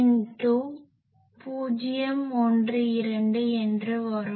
12 என்று வரும்